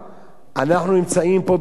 אנחנו נמצאים פה בירושלים,